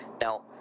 Now